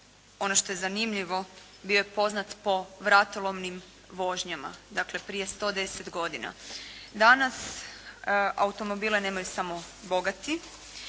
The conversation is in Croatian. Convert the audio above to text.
ono što je zanimljivo bio je poznat po vratolomnim vožnjama. Dakle, prije 110 godina. Danas automobile nemaju samo bogati,